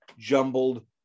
Jumbled